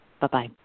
Bye-bye